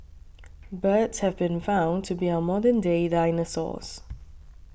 birds have been found to be our modern day dinosaurs